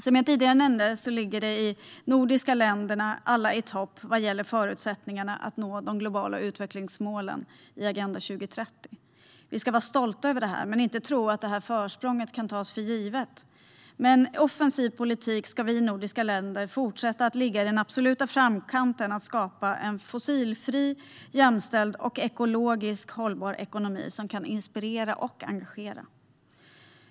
Som jag tidigare nämnde ligger alla nordiska länder i topp när det gäller förutsättningarna att nå de globala utvecklingsmålen i Agenda 2030. Vi ska vara stolta över det, men vi ska inte tro att detta försprång kan tas för givet. Med en offensiv politik ska vi nordiska länder fortsätta att ligga i den absoluta framkanten för att skapa en fossilfri, jämställd och ekologisk hållbar ekonomi som kan inspirera och engagera.